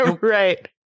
Right